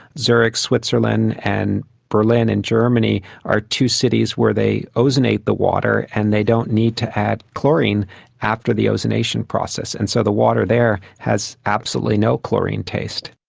zurich in switzerland and berlin in germany are two cities where they ozonate the water and they don't need to add chlorine after the ozonation process, and so the water there has absolutely no chlorine taste.